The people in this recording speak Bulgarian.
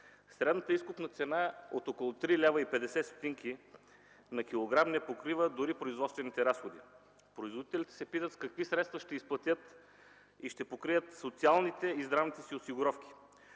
Средната изкупна цена от около 3,50 лв. на килограм не покрива дори производствените разходи. Производителите се питат с какви средства ще изплатят и ще покрият социалните и здравните си осигуровки,